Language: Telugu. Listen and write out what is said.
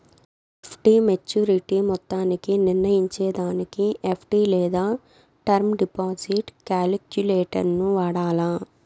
ఎఫ్.డి మోచ్యురిటీ మొత్తాన్ని నిర్నయించేదానికి ఎఫ్.డి లేదా టర్మ్ డిపాజిట్ కాలిక్యులేటరును వాడాల